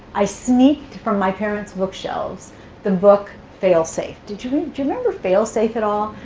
i sneaked from my parents bookshelves the book failsafe. do do you remember failsafe at all?